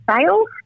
sales